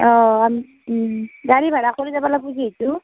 অঁ ওঁ গাড়ী ভাৰা কৰি যাব লাগিব যিহেতু